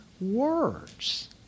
words